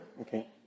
Okay